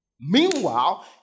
Meanwhile